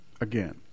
again